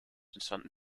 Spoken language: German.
entstanden